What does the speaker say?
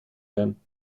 wären